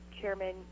chairman